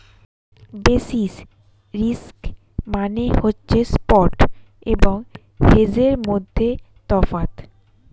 basis risk মানে হচ্ছে spot এবং হেজের মধ্যে তফাৎ